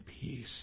peace